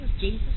Jesus